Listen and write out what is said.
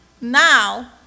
now